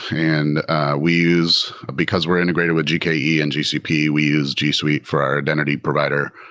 and we use because we're integrated with jke and gcp, we use g suite for our identity provider.